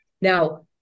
Now